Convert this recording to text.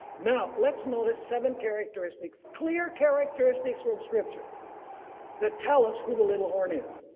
now let's notice seven characteristics clear characteristics from scripture that tell us who the little horn is.